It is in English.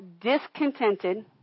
discontented